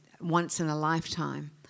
once-in-a-lifetime